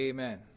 Amen